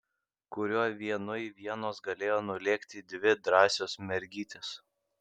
kuriuo vienui vienos galėjo nulėkti dvi drąsios mergytės